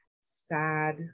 sad